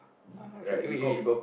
uh okay wait wait